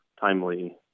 timely